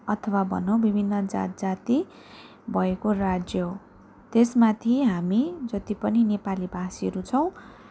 अथवा भनौँ विभिन्न जात जाति भएको राज्य हो त्यसमाथि हामी जति पनि नेपाली भाषीहरू छौँ